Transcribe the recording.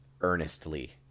earnestly